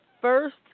first